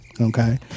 Okay